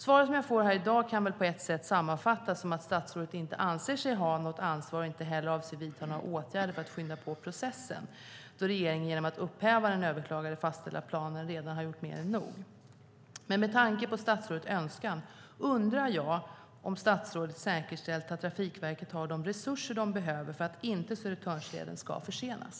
Svaret som jag i dag får kan väl på ett sätt sammanfattas som att statsrådet inte anser sig ha något ansvar och inte heller avser att vidta några åtgärder för att skynda på processen då regeringen genom att upphäva den överklagade fastställda planen redan har gjort mer än nog. Med tanke på statsrådets önskan undrar jag om statsrådet säkerställt att Trafikverket har de resurser de behöver för att inte Södertörnsleden ska försenas.